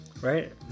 Right